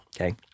Okay